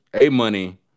A-Money